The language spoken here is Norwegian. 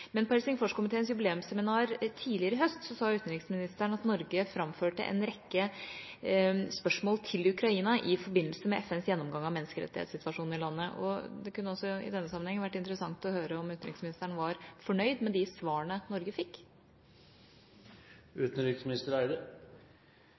På Helsingforskomiteens jubileumsseminar tidligere i høst, sa utenriksministeren at Norge framførte en rekke spørsmål til Ukraina i forbindelse med FNs gjennomgang av menneskerettighetssituasjonen i landet, og det kunne også i denne sammenheng vært interessant å høre om utenriksministeren var fornøyd med de svarene Norge